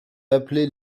appelés